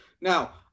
Now